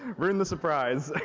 ruined the surprise,